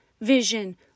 vision